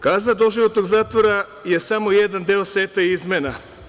Kazna doživotnog zatvora je samo jedan deo seta izmena.